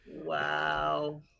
wow